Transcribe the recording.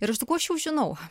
ir aš sakau aš jau žinau